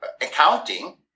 accounting